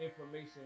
information